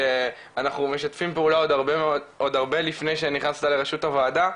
שאנחנו משתפים פעולה עוד הרבה לפני שנכנסת לרשות הוועדה,